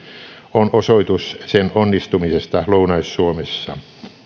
on osoitus sen onnistumisesta lounais suomessa